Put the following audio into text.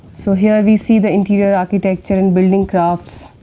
so, here we see the interior-architecture and building crafts,